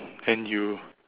and you